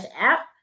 App